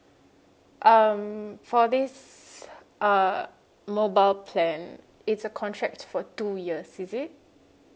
um for this uh mobile plan it's a contract for two years is it